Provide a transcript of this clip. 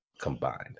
combined